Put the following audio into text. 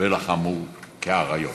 ולחמו כאריות.